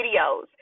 videos